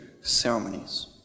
ceremonies